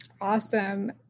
Awesome